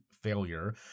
failure